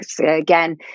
Again